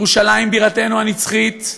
ירושלים בירתנו הנצחית.